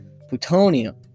plutonium